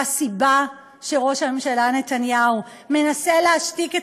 והסיבה שראש הממשלה נתניהו מנסה להשתיק את